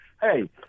Hey